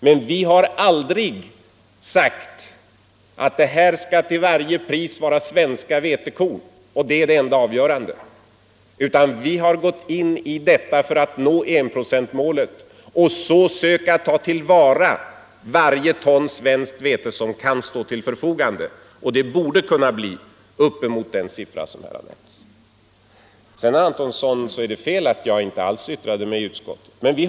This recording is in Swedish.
Men vi har aldrig sagt att detta skall till varje pris vara svenska vetekorn; det är det enda avgörande! Nej, vi har gått in i detta för att nå enprocentsmålet och för att försöka tillvarata varje ton svenskt vete som kan stå till förfogande. Och det borde kunna bli upp emot den siffra som jag här har nämnt. Slutligen, herr Antonsson, är det fel att säga att jag inte yttrade mig i utskottet i denna fråga.